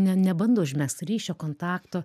ne nebando užmegzt ryšio kontakto